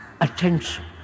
attention